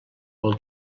pel